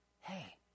hey